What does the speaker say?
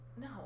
No